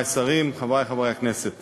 ואתם